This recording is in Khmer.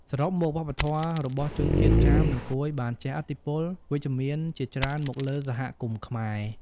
សរុបមក វប្បធម៌របស់ជនជាតិចាម និងកួយបានជះឥទ្ធិពលវិជ្ជមានជាច្រើនមកលើសហគមន៍ខ្មែរ។